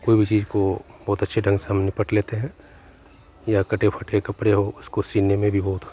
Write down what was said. कोई भी चीज को बहुत अच्छे ढंग से हम निपट लेते हैं या कटे फटे कपड़े हों उसको सीने में भी बहुत